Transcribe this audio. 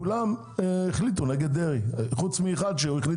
כולם החליטו נגד דרעי חוץ אחד.